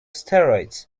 steroids